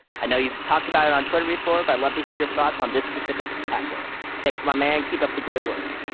i know you've talked about it on twitter before but i love hear your thoughts on this specific but platform thanks, my man, keep up the great work.